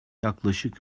yaklaşık